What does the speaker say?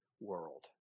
world